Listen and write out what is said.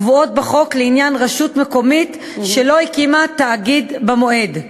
הקבועות בחוק לעניין רשות מקומית שלא הקימה תאגיד במועד.